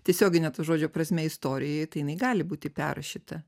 tiesiogine to žodžio prasme istorijai tai jinai gali būti perrašyta